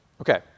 Okay